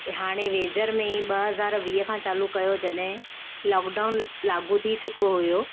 हाणे वेझर में ई ॿ हज़ार वीह खां चालू कयो जॾहिं लॉकडाउन लागू थी चुको हुओ